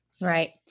right